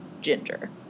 ginger